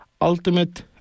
ultimate